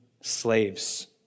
slaves